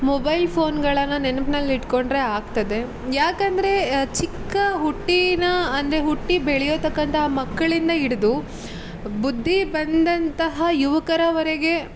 mobile ಫೋನ್ಗಳನ್ನು ನೆನ್ಪಿನಲ್ಲಿ ಇಟ್ಟುಕೊಂಡ್ರೆ ಆಗ್ತದೆ ಯಾಕಂದರೆ ಚಿಕ್ಕ ಹುಟ್ಟಿನ ಅಂದರೆ ಹುಟ್ಟಿ ಬೆಳೆಯತಕ್ಕಂತಹ ಮಕ್ಕಳಿಂದ ಹಿಡ್ದು ಬುದ್ಧಿ ಬಂದಂತಹ ಯುವಕರವರೆಗೆ